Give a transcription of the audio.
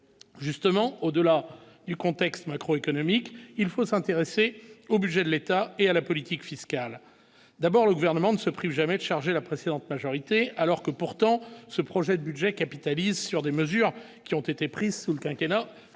Justement, au-delà du contexte macroéconomique, il faut s'intéresser au budget de l'État et à la politique fiscale, d'abord, le gouvernement ne se prive jamais chargé la précédente majorité, alors que pourtant, ce projet de budget capitalise sur des mesures qui ont été prises sous le quinquennat